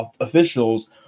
officials